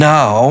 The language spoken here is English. Now